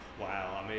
wow